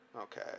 Okay